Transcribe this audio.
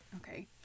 Okay